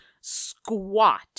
squat